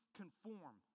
conform